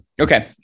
Okay